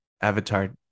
Avatar